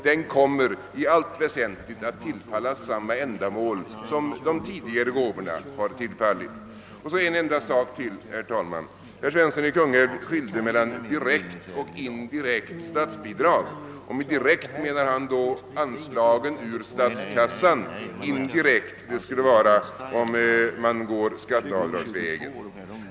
Den kommer i allt väsentligt att tillfalla samma ändamål som de tidigare gåvorna. En enda sak till, herr talman! Herr Svensson i Kungälv skilde mellan direkt och indirekt statsbidrag. Med direkt bidrag menade han anslag ur statskassan, medan indirekt skulle vara skatteavdrag.